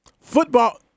football